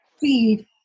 feed